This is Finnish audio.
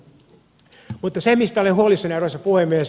mutta se mistä olen huolissani arvoisa puhemies